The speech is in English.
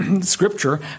Scripture